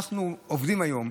אנחנו עובדים היום,